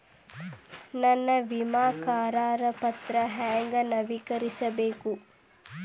ನನ್ನ ವಿಮಾ ಕರಾರ ಪತ್ರಾ ಹೆಂಗ್ ನವೇಕರಿಸಬೇಕು?